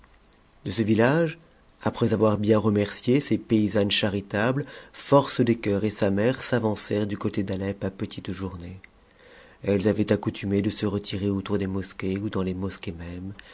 de ce village après avoir bien remercié ces paysannes charitables force des cœurs et sa mère s'avancèrent du côté d'alep à petites jou nées elles avaient accoutumé de se retirer autour des mosquées ou d x les mosquées mêmes